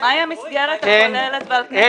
מהי המסגרת הכוללת ועל פני כמה שנים?